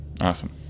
Awesome